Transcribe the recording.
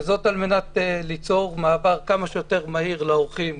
וזאת על מנת ליצור מעבר כמה שיותר מהיר לאורחים,